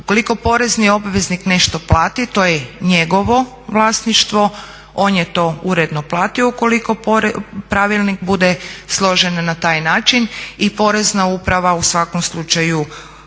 Ukoliko porezni obveznik nešto plati to je njegovo vlasništvo, on je to uredno platio. Ukoliko pravilnik bude složen na taj način i Porezna uprava u svakom slučaju u tom